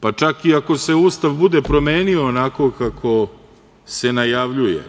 pa čak i ako se Ustav bude promenio onako kako se najavljuje,